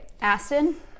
Aston